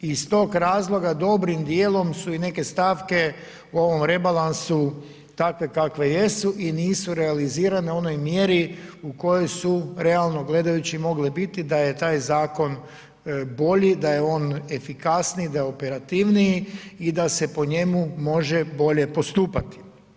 Iz tog razloga dobrim djelom su i neke stavke u ovom rebalansu takve kakve jesu i nisu realizirane u onoj mjeri u kojoj su realno gledajući mogli biti da je taj zakon bolji, da je on efikasniji, da je operativniji i da se po njemu može bolje postupati.